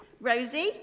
Rosie